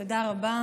תודה רבה.